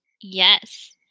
Yes